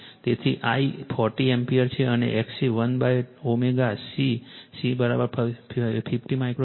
તેથી I 40 ampere છે અને XC1ω C C50 micro farad છે